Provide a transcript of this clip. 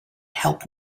help